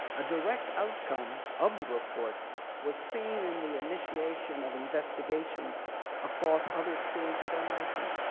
a direct outcome of the report was seen in the initiation of investigations across other schools at mit.